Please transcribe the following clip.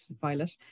Violet